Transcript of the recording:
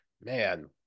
man